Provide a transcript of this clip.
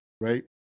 right